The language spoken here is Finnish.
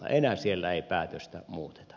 enää siellä ei päätöstä muuteta